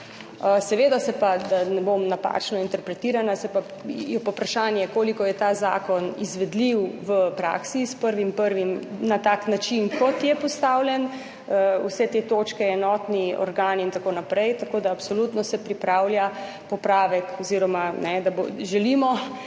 Seveda se pa, da ne bom napačno interpretirana, se pa, je pa vprašanje, koliko je ta zakon izvedljiv v praksi s 1. 1. na tak način kot je postavljen, vse te točke, enotni organi in tako naprej. Tako da absolutno se pripravlja popravek oziroma da želimo,